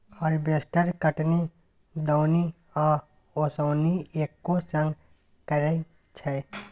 harvester कटनी, दौनी आ ओसौनी एक्के संग करय छै